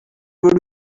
would